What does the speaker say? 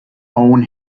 own